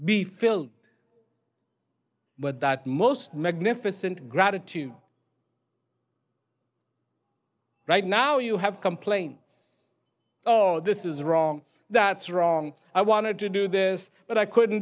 be filled with that most magnificent gratitude right now you have complaints oh no this is wrong that's wrong i wanted to do this but i couldn't